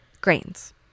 grains